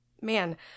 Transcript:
man